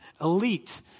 elite